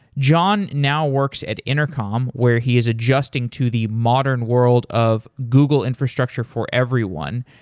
john now works at intercom where he is adjusting to the modern world of google infrastructure for everyone.